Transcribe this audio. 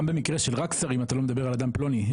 גם במקרה של רק שרים אתה לא מדבר על אדם פלוני.